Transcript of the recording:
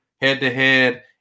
head-to-head